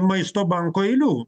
maisto banko eilių